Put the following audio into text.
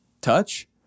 touch